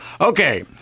okay